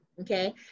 okay